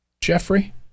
Jeffrey